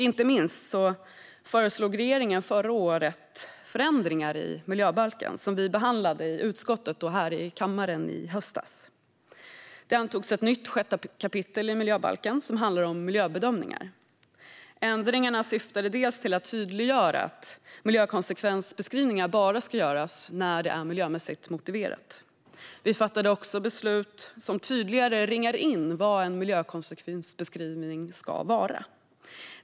Inte minst föreslog regeringen förra året förändringar i miljöbalken som vi behandlade i utskottet och här i kammaren i höstas. Det antogs ett nytt sjätte kapitel i miljöbalken som handlar om miljöbedömningar. Ändringarna syftade bland annat till att tydliggöra att miljökonsekvensbeskrivningar bara ska göras när det är miljömässigt motiverat. Vi fattade också beslut som tydligare ringar in vad en miljökonsekvensbeskrivning ska vara.